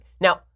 Now